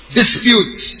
disputes